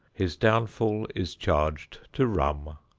his downfall is charged to rum.